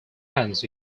hands